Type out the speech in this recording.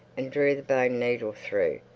and drew the bone needle through.